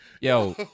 Yo